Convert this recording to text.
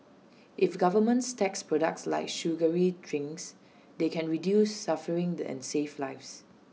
if governments tax products like sugary drinks they can reduce suffering and safe lives